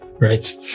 Right